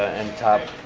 and top